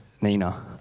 Nina